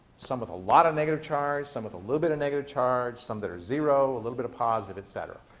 some with a lot of negative charge, some with a little bit of negative charge, some that are zero, a little bit of positive, etc.